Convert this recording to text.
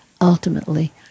ultimately